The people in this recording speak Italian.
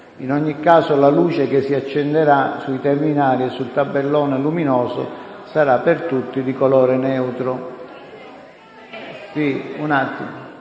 In ogni caso, la luce che si accenderà sui terminali e sul tabellone luminoso sarà per tutti di colore neutro. *(Segue la